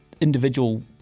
individual